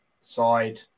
side